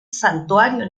santuario